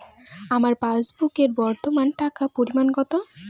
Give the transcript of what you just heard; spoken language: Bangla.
আমার পাসবুকে বর্তমান টাকার পরিমাণ কত?